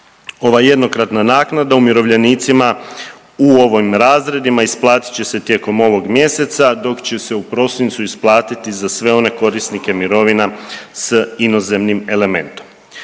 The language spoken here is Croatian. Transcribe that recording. Ova jednokratna naknada umirovljenicima u ovim razredima isplatit će se tijekom ovog mjeseca, dok će se u prosincu isplatiti za sve one korisnike mirovina s inozemnim elementom.